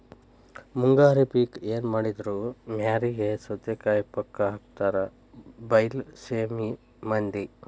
ಮುಂಗಾರಿ ಪಿಕ್ ಎನಮಾಡಿದ್ರು ಮ್ಯಾರಿಗೆ ಸೌತಿಕಾಯಿ ಪಕ್ಕಾ ಹಾಕತಾರ ಬೈಲಸೇಮಿ ಮಂದಿ